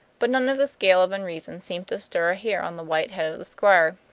but none of this gale of unreason seemed to stir a hair on the white head of the squire,